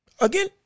again